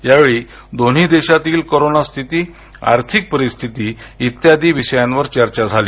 यावेळी दोन्ही देशातील कोरोना स्थिती आर्थिक परिस्थिती इत्यादी विषयांवर चर्चा झाली